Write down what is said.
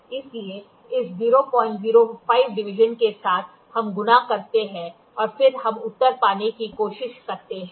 इसलिए इस 005 डिवीजन के साथ हम गुणा करते हैं और फिर हम उत्तर पाने की कोशिश करते हैं